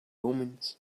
omens